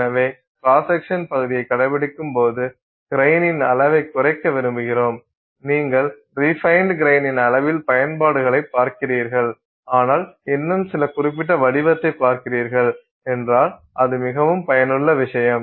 எனவே cross section பகுதியைப் கடைப்பிடிக்கும் போது கிரைனின் அளவைக் குறைக்க விரும்புகிறோம் நீங்கள் ரீபைன்ட் கிரைனின் அளவில் பயன்பாடுகளைப் பார்க்கிறீர்கள் ஆனால் இன்னும் சில குறிப்பிட்ட வடிவத்தை பார்க்கிறீர்கள் என்றால் அது மிகவும் பயனுள்ள விஷயம்